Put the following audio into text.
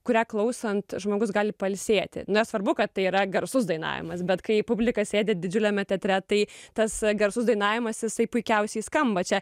kuria klausant žmogus gali pailsėti nesvarbu kad tai yra garsus dainavimas bet kai publika sėdi didžiuliame teatre tai tas garsus dainavimas jisai puikiausiai skamba čia